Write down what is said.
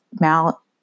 mal